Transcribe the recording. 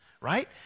right